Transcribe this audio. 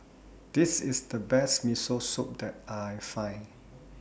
This IS The Best Miso Soup that I Find